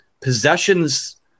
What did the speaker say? possessions